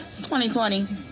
2020